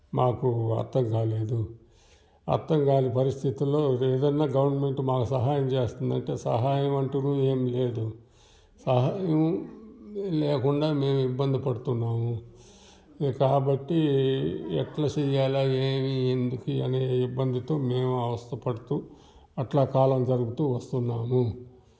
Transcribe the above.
మాకు అర్థం కాలేదు అర్థం కానీ పరిస్థితుల్లో ఇది ఏదన్నా గవర్నమెంట్ మాకు సహాయం చేస్తుందంటే సహాయం అంటూ ఏమీ లేదు సహాయం మేము లేకుండా మేము ఇబ్బంది పడుతున్నాము కాబట్టి ఎట్లా చేయాల ఏమీ ఎందుకు అనే ఇబ్బందితో మేము అవస్థ పడుతు అట్ల కాలం జరుపుతు వస్తు ఉన్నాము